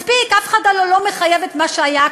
מספיק, הרי אף אחד לא מחייב את מה שהיה כאן.